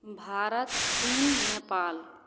भारत चीन नेपाल